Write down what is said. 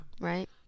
Right